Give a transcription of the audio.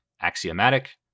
Axiomatic